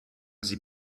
sie